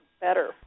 better